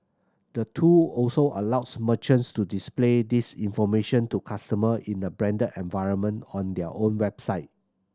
the tool also allows merchants to display this information to customer in the branded environment on their own website